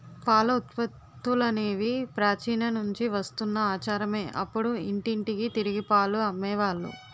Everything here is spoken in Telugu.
పాల ఉత్పత్తులనేవి ప్రాచీన నుంచి వస్తున్న ఆచారమే అప్పుడు ఇంటింటికి తిరిగి పాలు అమ్మే వాళ్ళు